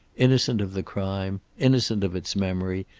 innocent of the crime, innocent of its memory,